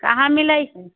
कहाँ मिलै छै